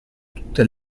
tutte